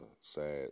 sad